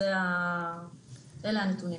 אלה הנתונים.